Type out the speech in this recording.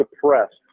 suppressed